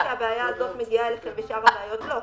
זה לא במקרה שבעיה הזאת מגיעה אליכם ושאר הבעיות לא,